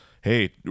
hey